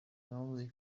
only